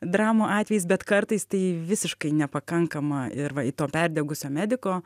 dramų atvejis bet kartais tai visiškai nepakankama ir va į to perdegusio mediko